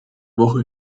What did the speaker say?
woche